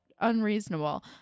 unreasonable